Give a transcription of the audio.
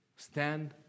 Stand